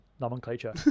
nomenclature